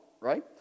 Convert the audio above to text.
right